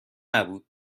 نبود